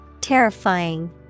Terrifying